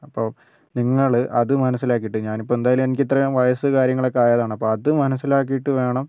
അപ്പോൾ നിങ്ങൾ അത് മനസ്സിലാക്കിയിട്ട് ഞാനിപ്പോൾ എന്തായാലും എനിക്കിത്രയും വയസ്സ് കാര്യങ്ങളൊക്കെ ആയതാണ് അപ്പോൾ അത് മനസ്സിലാക്കിയിട്ട് വേണം